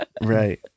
right